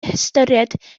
hystyried